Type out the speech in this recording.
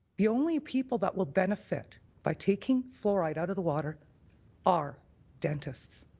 the only people that will benefit by taking fluoride out of the water are dentists.